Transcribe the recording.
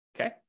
okay